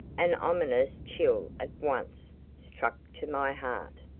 an ominous chill at once struck to my heart.